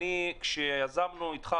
כשיזמנו איתך,